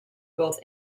both